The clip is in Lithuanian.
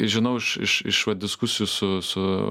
žinau iš iš iš va diskusijų su su